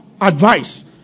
advice